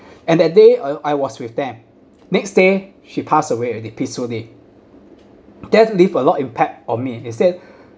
and that day I I was with them next day she pass away already peacefully that leave a lot impact on me instead